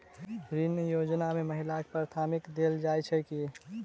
ऋण योजना मे महिलाकेँ प्राथमिकता देल जाइत छैक की?